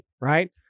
right